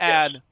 add